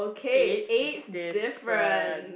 age different